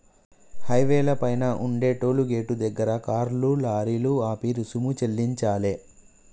హైవేల పైన ఉండే టోలు గేటుల దగ్గర కార్లు, లారీలు ఆపి రుసుము చెల్లించాలే